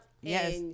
Yes